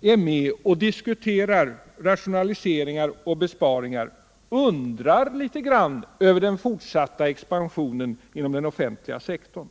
är med och diskuterar rationaliseringar och besparingar, undrar litet grand över den fortsatta Finansdebatt Finansdebatt expansionen inom den offentliga sektorn.